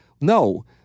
no